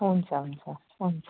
हुन्छ हुन्छ हुन्छ